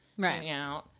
Right